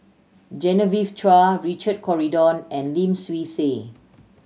Genevieve Chua Richard Corridon and Lim Swee Say